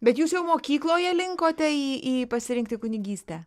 bet jūs jau mokykloje linkote į į pasirinkti kunigystę